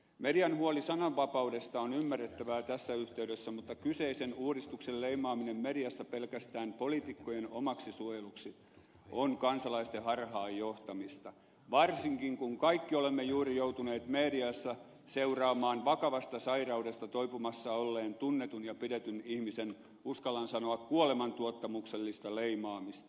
median huoli sananvapaudesta on ymmärrettävää tässä yhteydessä mutta kyseisen uudistuksen leimaaminen mediassa pelkästään poliitikkojen omaksi suojeluksi on kansalaisten harhaanjohtamista varsinkin kun kaikki olemme juuri joutuneet mediassa seuraamaan vakavasta sairaudesta toipumassa olleen tunnetun ja pidetyn ihmisen uskallan sanoa kuolemantuottamuksellista leimaamista